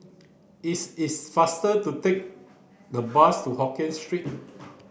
is is faster to take the bus to Hokkien Street